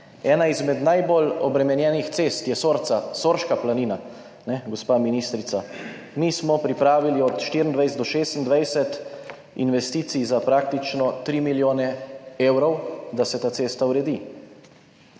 Ena izmed najbolj obremenjenih cest je Sorica, Soriška planina, gospa ministrica. Mi smo pripravili od leta 2024 do 2026 investicij za praktično tri milijone evrov, da se ta cesta uredi.